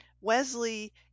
Wesley